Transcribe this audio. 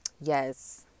yes